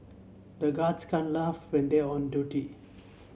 the guards can laugh when they are on duty